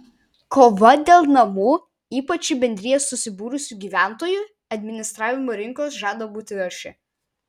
kova dėl namų ypač į bendrijas susibūrusių gyventojų administravimo rinkos žada būti arši